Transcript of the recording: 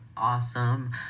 awesome